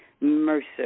Mercer